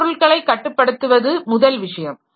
வன்பொருள்களை கட்டுப்படுத்துவது முதல் விஷயம்